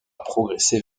progresser